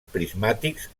prismàtics